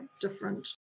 different